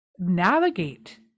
Navigate